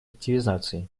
активизации